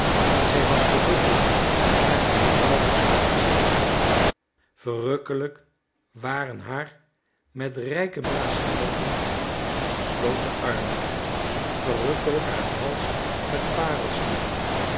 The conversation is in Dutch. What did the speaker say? zij was verrukkelijk in haar eenvoudig zwart kleed verrukkelijk waren haar met rijke braceletten omsloten armen verrukkelijk haar hals met